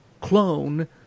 clone